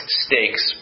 stakes